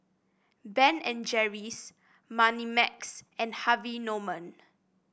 Ben and Jerry's Moneymax and Harvey Norman